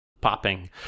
popping